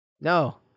No